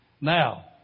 Now